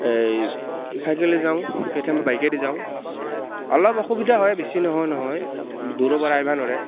এই চাইকেলে যাওঁ কেইথেনবা বাইকেদি যাওঁ অলপ অসুবিধা হয় বেছি নোহোৱা নহয় দূৰৰ পৰা আহিব নোৱাৰে